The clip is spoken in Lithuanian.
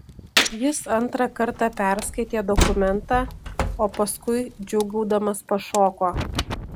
jis antrą kartą perskaitė dokumentą o paskui džiūgaudamas pašoko